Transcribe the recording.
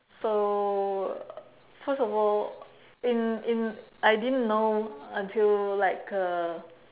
so first of all in in I didn't know until like uh